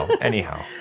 anyhow